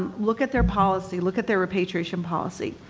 look at their policy, look at their repatriation policy.